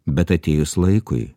bet atėjus laikui